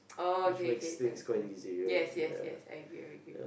oh okay okay it's understandable yes yes yes I agree I agree